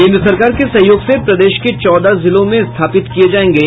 केंद्र सरकार के सहयोग से प्रदेश के चौदह जिलों में स्थापित किये जायेंगे